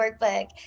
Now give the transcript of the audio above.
Workbook